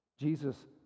Jesus